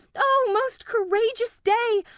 o most courageous day!